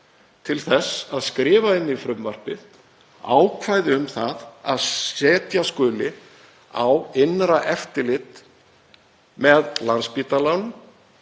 til að skrifa inn í frumvarpið ákvæði um að setja skuli á innra eftirlit með Landspítalanum